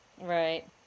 Right